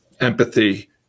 empathy